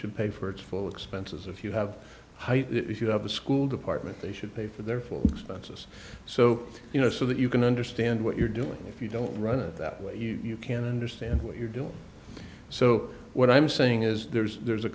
should pay for its full expenses if you have if you have a school department they should pay for their full expenses so you know so that you can understand what you're doing if you don't run it that way you can understand what you're doing so what i'm saying is there's there's a